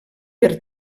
per